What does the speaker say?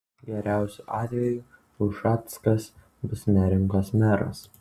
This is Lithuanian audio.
geriausiu atveju ušackas bus neringos meras